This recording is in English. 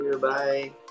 bye